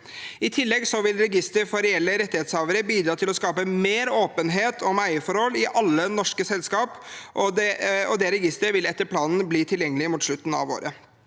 I tillegg vil registeret for reelle rettighetshavere bidra til å skape mer åpenhet om eierforhold i alle norske selskap, og det registeret vil etter planen bli tilgjengelig mot slutten av året.